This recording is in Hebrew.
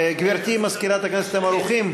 גברתי מזכירת הכנסת, אתם ערוכים?